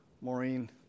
Maureen